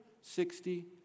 Sixty